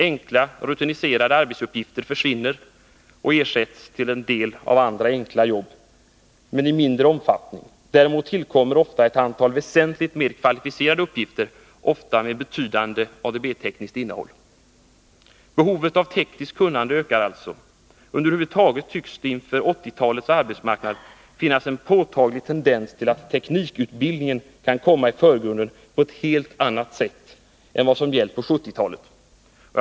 Enkla, rutinartade arbetsuppgifter försvinner och ersätts till en del av andra enkla jobb, men i mindre omfattning. Däremot tillkommer ofta ett antal väsentligt mer kvalificerade uppgifter, ofta med ett betydande ADB-tekniskt innehåll. Behovet av tekniskt kunnande ökar alltså. Över huvud taget tycks det inför 1980-talets arbetsmarknad finnas en påtaglig tendens till att teknikutbildningen kan komma i förgrunden på ett helt annat sätt än vad som gällt på 1970-talet.